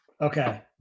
Okay